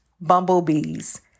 bumblebees